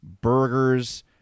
burgers